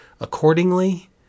accordingly